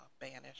banished